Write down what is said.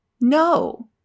No